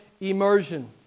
immersion